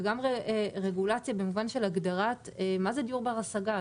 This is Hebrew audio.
וגם רגולציה במובן של הגדרת מהו דיור בר השגה.